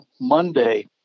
Monday